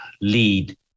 lead